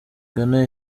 ghana